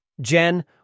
Jen